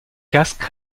casque